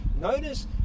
Notice